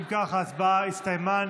אם כך, ההצבעה הסתיימה.